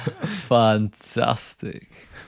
fantastic